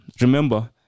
remember